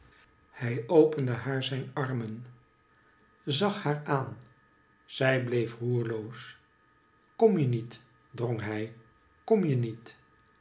hij opende haar zijn armen zag haar aan zij bleef roerloos kom je niet drong hij kom je niet